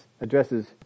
addresses